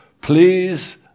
Please